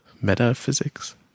metaphysics